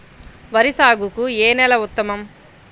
వరి సాగుకు ఏ నేల ఉత్తమం?